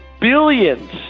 billions